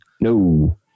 No